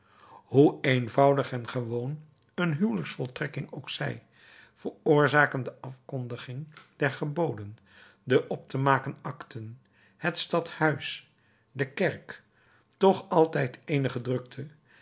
hoe eenvoudig en gewoon een huwelijksvoltrekking ook zij veroorzaken de afkondiging der geboden de op te maken acten het stadhuis de kerk toch altijd eenige drukte